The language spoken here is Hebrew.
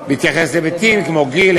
בהתייחס להיבטים כמו גיל,